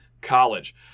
college